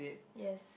yes